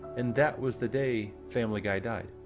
and that was the day family guy died.